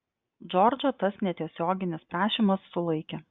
džordžą tas netiesioginis prašymas sulaikė